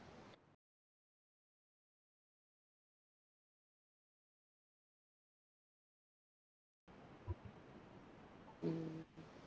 mm